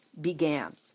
began